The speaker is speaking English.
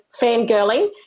fangirling